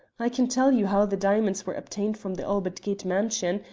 i can tell you how the diamonds were obtained from the albert gate mansion,